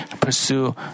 pursue